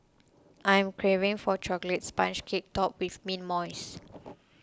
I am craving for a Chocolate Sponge Cake Topped with Mint Mousse